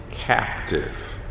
captive